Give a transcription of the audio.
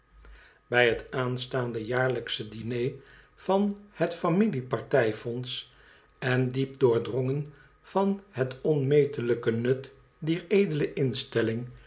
bij het aanstaande jaarlijksche diner van het familie partij fonds en diep doordrongen van het onmetelijke nut dier edele instelling